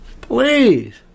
please